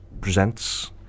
presents